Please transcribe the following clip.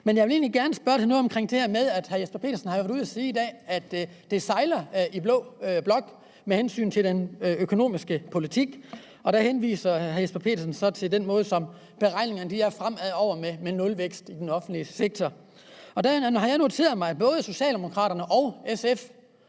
Men jeg vil egentlig gerne spørge til det her med, at hr. Jesper Petersen i dag har været ude at sige, at det sejler i blå blok med hensyn til den økonomiske politik. Og der henviser hr. Jesper Petersen så til den måde, som beregningerne er på fremover med nulvækst i den offentlige sektor. Jeg har noteret mig, at både Socialdemokraterne og SF